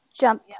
jump